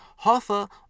Hoffa